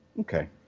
Okay